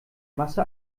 masse